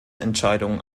entscheidung